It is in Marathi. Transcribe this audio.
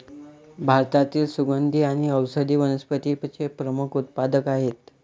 भारतातील सुगंधी आणि औषधी वनस्पतींचे प्रमुख उत्पादक आहेत